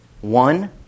One